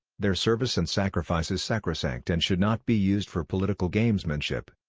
their service and sacrifice is sacrosanct and should not be used for political gamesmanship.